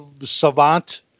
savant